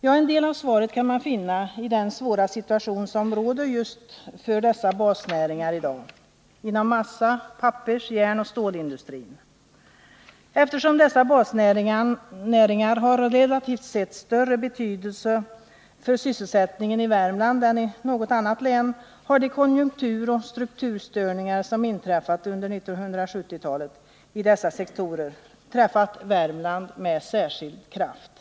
Ja, en del av svaret kan man finna i den svåra situation som råder just för dessa basnäringar i dag — inom massa-, pappers-, järnoch stålindustrin. Eftersom dessa basnäringar har relativt sett större betydelse för sysselsättningen i Värmland än i något annat län, har de konjunkturoch strukturstörningar som inträffat under 1970-talet i dessa sektorer träffat Värmland med särskild kraft.